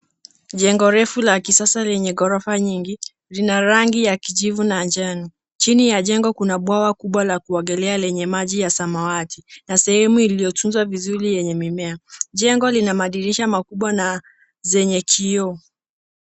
Jengo refu la kisasa lenye ghorofa nyingi. Lina rangi ya kijivu na njano. Chini ya jengo kuna bwawa kubwa la kuogelea lenye maji ya samawati, na sehemu iliyotunzwa vizuri yenye mimea. Jengo lina madirisha makubwa na zenye kioo.